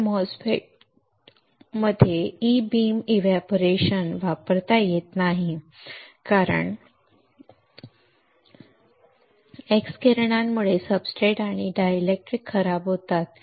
तर एमओएसएफईटीमध्ये e beam evaporation वापरता येत नाही कारण x किरणांमुळे सबस्ट्रेट्स आणि डायलेक्ट्रिक खराब होतात